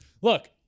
look